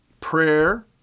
prayer